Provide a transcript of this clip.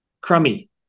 Crummy